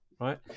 right